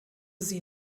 sie